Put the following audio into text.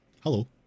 hello